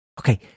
okay